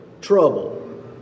Trouble